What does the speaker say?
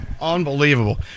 unbelievable